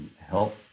help